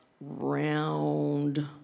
round